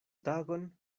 tagon